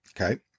Okay